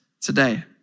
today